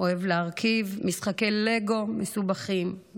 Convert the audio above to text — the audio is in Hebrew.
אוהב להרכיב משחקי ליגה מסובכים,